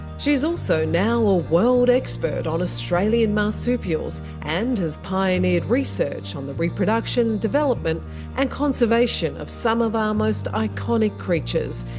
she's also now a world expert on australian marsupials and has pioneered research on the reproduction, development and conservation of some of our most iconic creatures,